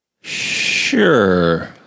Sure